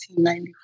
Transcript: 1994